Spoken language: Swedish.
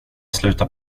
slutar